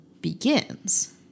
begins